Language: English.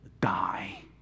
die